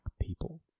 people